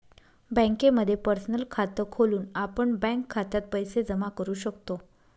बँकेमध्ये पर्सनल खात खोलून आपण बँक खात्यात पैसे जमा करू शकतो